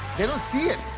they don't see it,